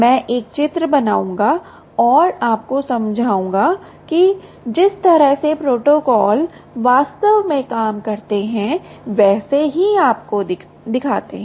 मैं एक चित्र बनाऊंगा और आपको समझाऊंगा कि जिस तरह से प्रोटोकॉल वास्तव में काम करते हैं वैसे ही आपको दिखाते हैं